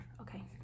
Okay